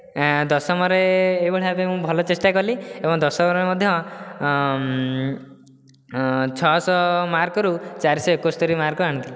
ଦଶମରେ ଏହି ଭଳିଆ ଭାବରେ ଭଲ ଚେଷ୍ଟା କଲି ଏବଂ ଦଶମରେ ମଧ୍ୟ ଛଅ ଶହ ମାର୍କରୁ ଚାରି ଶହ ଏକସ୍ତରି ମାର୍କ ଆଣିଥିଲି